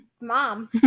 mom